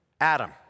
Adam